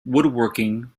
woodworking